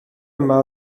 yma